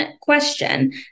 question